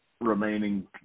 remaining